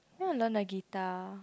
i want to learn the guitar